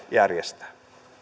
järjestää